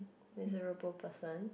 miserable person